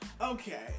Okay